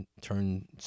turn